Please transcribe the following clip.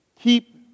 keep